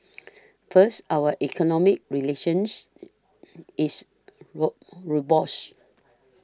first our economic relations is what robust